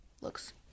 looks